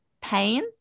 pain